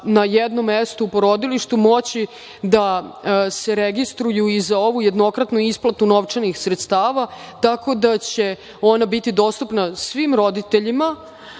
na jednom mestu u porodilištu moći da se registruju i za ovu jednokratnu isplatu novčanih sredstava, tako da će ona biti dostupna svim roditeljima.